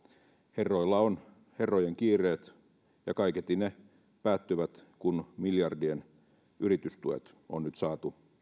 herroilla on herrojen kiireet ja kaiketi ne päättyvät kun miljardien yritystuet on nyt saatu